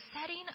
setting